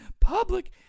public